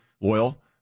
loyal